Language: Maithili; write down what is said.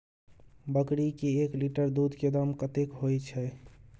बकरी के एक लीटर दूध के दाम कतेक होय छै?